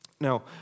Now